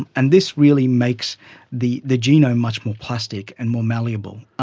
and this really makes the the genome much more plastic and more malleable,